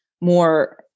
more